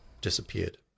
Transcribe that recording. disappeared